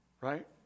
Right